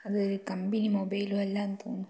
അത് ഒരു കമ്പിനി മൊബൈലും അല്ലാന്ന് തോന്നുന്നു